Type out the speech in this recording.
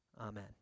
Amen